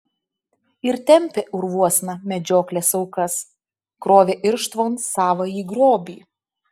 ir tempė urvuosna medžioklės aukas krovė irštvon savąjį grobį